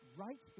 right